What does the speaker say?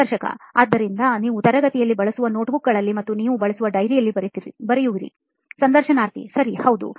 ಸಂದರ್ಶಕ ಆದ್ದರಿಂದ ನೀವು ತರಗತಿಯಲ್ಲಿ ಬಳಸುವ notebook ಗಳಲ್ಲಿ ಮತ್ತು ನೀವು ಬಳಸುವ diary ಯಲ್ಲಿ ಬರೆಯುತ್ತಿರಿ ಸಂದರ್ಶನಾರ್ಥಿಸರಿ ಹೌದು